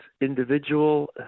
individual